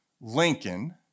Lincoln